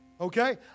Okay